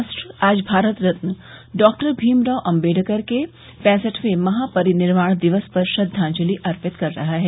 राष्ट्र आज भारत रत्न डॉक्टर भीमराव आम्बेडकर के पैंसठवें महापरिनिर्वाण दिवस पर श्रद्वाजंलि अर्पित कर रहा है